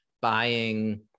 buying